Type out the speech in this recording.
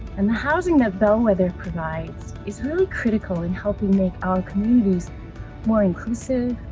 and the housing that bellwether provides is really critical in helping make our communities more inclusive,